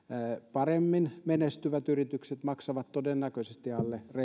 paremmin menestyvät yritykset maksavat todennäköisesti